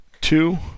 two